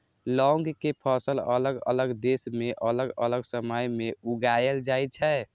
लौंग के फसल अलग अलग देश मे अलग अलग समय मे उगाएल जाइ छै